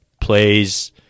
plays